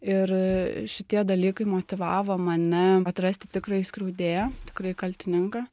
ir šitie dalykai motyvavo mane atrasti tikrąjį skriaudėją tikrąjį kaltininką